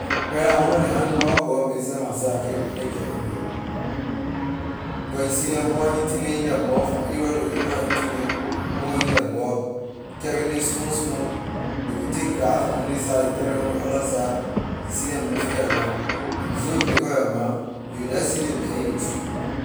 Bird la one of ley animal where god made seh myself I can’t really get on it because you see them hauling thing neh in la mouth from area to area and thing neh hold in la mouth carrying it small small ley will take grass from on ley side carry on ley other side you see neh moving around and before you make up your mind you will jeh see ley net in ley tree.